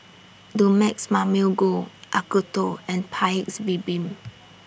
Dumex Mamil Gold Acuto and Paik's Bibim